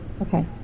Okay